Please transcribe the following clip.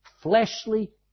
fleshly